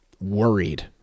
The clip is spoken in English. worried